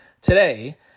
today